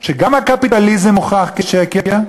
שגם הקפיטליזם הוכח כשקר,